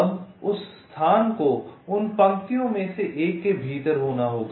अब उस स्थान को उन पंक्तियों में से एक के भीतर होना होगा